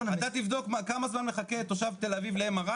אתה תבדוק כמה זמן מחכה תושב תל אביב ל-MRI